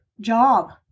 job